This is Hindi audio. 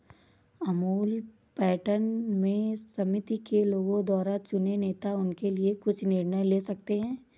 अमूल पैटर्न में समिति के लोगों द्वारा चुने नेता उनके लिए कुछ निर्णय ले सकते हैं